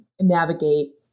navigate